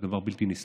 זה דבר בלתי נסלח.